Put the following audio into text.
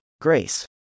grace